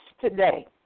today